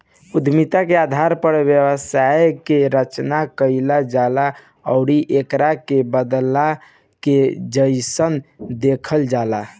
उद्यमिता के आधार पर व्यवसाय के रचना कईल जाला आउर एकरा के बदलाव के जइसन देखल जाला